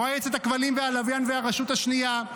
מועצת הכבלים והלוויין והרשות השנייה.